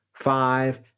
Five